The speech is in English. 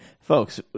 folks